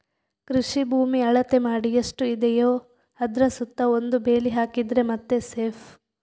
ಕೃಷಿ ಭೂಮಿ ಅಳತೆ ಮಾಡಿ ಎಷ್ಟು ಇದೆಯೋ ಅದ್ರ ಸುತ್ತ ಒಂದು ಬೇಲಿ ಹಾಕಿದ್ರೆ ಮತ್ತೆ ಸೇಫ್